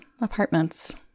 apartments